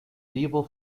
lieber